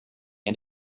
and